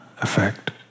effect